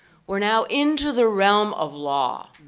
we're now into the realm of law.